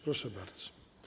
Proszę bardzo.